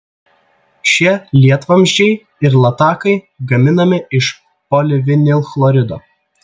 šie lietvamzdžiai ir latakai gaminami iš polivinilchlorido